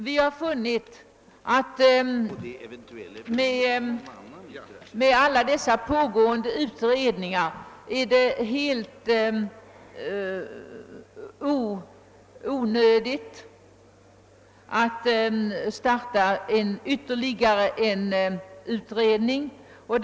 Vi har funnit att det, när alla dessa utredningar pågår, är helt onödigt att starta ytterligare en utredning.